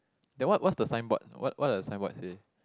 that what what's the sign board what what does the sign board say